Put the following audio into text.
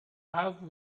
have